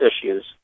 issues